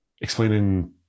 explaining